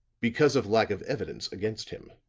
because of lack of evidence against him.